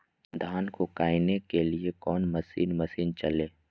धन को कायने के लिए कौन मसीन मशीन चले?